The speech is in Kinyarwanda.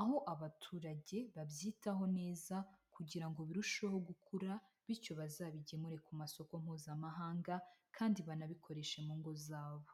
aho abaturage babyitaho neza kugira ngo birusheho gukura bityo bazabigemure ku masoko mpuzamahanga kandi banabikoreshe mu ngo zabo.